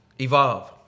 Evolve